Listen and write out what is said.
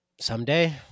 someday